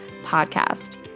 podcast